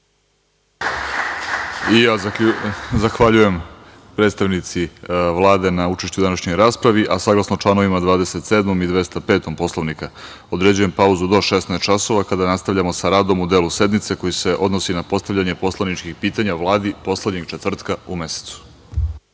Zahvaljujem predstavnici Vlade na učešću u današnjoj raspravi. Saglasno članovima 27. i 205. Poslovnika, određujem pauzu do 16,00 časova, kada nastavljamo sa radom u delu sednice koji se odnosi na postavljanje poslaničkih pitanja Vladi poslednjeg četvrtka u mesecu.(Posle